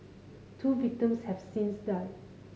two victims have since died